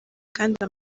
kandi